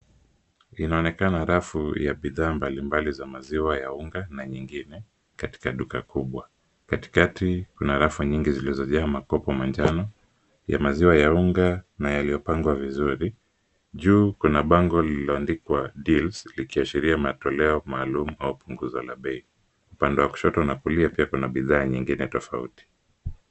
Inaonekana rafu ya bidhaa mbalimbali za maziwa ya unga na nyingine katika duka kubwa. Katikati kuna rafu nyingi zilizojaa makopo manjano ya maziwa ya unga na yaliyopangwa vizuri. Juu kuna bango lililoandikwa deals likiashiria matoleo maalumu au punguzo la bei. Upande wa kushoto na kulia pia kuna bidhaa nyingine tofauti.